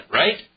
right